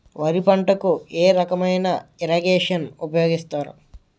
వరి పంటకు ఏ రకమైన ఇరగేషన్ ఉపయోగిస్తారు?